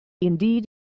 indeed